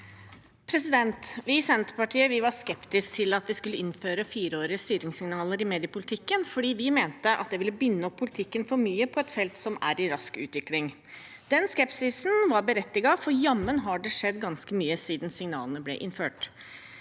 Vi i Senter- partiet var skeptiske til at vi skulle innføre fireårige styringssignaler i mediepolitikken, for vi mente at det ville binde opp politikken for mye på et felt som er i rask utvikling. Den skepsisen var berettiget, for jammen har det skjedd ganske mye siden signalene ble innført.